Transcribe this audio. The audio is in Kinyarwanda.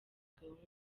gahunda